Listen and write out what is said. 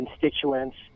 constituents